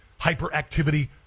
hyperactivity